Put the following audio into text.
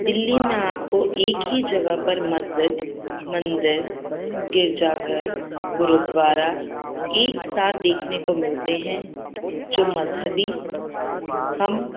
دلی میں آپ کو ایک ہی جگہ پر مسجد مندر گرجا گھر گرودوارا ایک ساتھ دیکھنے کو ملتے ہیں جو مذہبی ہم